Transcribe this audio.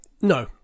No